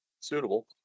Suitable